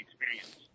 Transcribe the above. experience